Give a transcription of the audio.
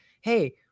Hey